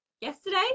yesterday